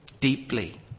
Deeply